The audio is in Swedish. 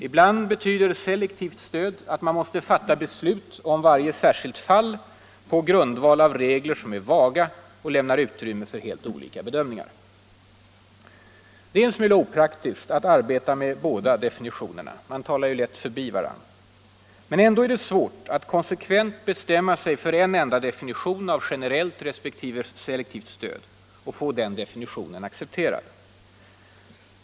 Ibland betyder selektivt stöd att man måste fatta beslut om varje särskilt fall på grundval av regler som är vaga och lämnar utrymme för helt olika bedömningar. Det är en smula opraktiskt att arbeta med båda definitionerna. Man talar lätt förbi varandra. Ändå är det svårt att konsekvent bestämma sig för en enda definition av generellt resp. selektivt stöd och få den definitionen accepterad.